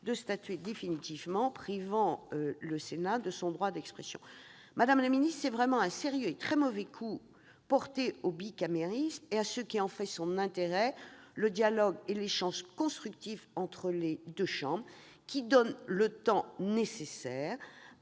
de statuer définitivement, privant le Sénat de son droit d'expression. Madame la garde des sceaux, c'est vraiment un sérieux et très mauvais coup porté au bicamérisme et à ce qui fait son intérêt, à savoir le dialogue et l'échange constructifs entre les deux chambres, qui donnent le temps nécessaire